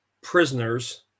Prisoners